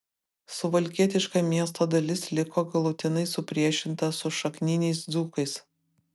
suvalkietiška miesto dalis liko galutinai supriešinta su šakniniais dzūkais